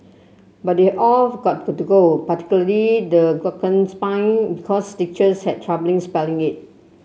but they're all got go particularly the glockenspiel because teachers had troubling spelling it